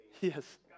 Yes